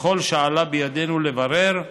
וככל שעלה בידינו לברר,